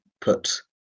put